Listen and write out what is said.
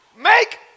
Make